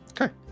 Okay